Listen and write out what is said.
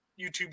YouTube